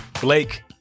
Blake